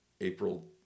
April